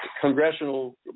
congressional